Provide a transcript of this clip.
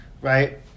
right